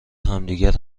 همدیگر